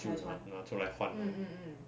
就拿出来换 lor